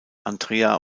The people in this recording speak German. andrea